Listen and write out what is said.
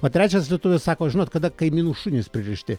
o trečias lietuvis sako žinot kada kaimynų šunys pririšti